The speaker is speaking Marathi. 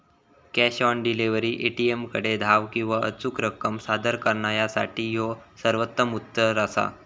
कॅश ऑन डिलिव्हरी, ए.टी.एमकडे धाव किंवा अचूक रक्कम सादर करणा यासाठी ह्यो सर्वोत्तम उत्तर असा